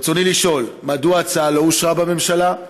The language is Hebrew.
רצוני לשאול: 1. מדוע לא אושרה ההצעה בממשלה?